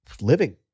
living